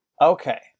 Okay